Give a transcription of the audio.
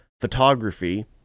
photography